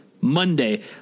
monday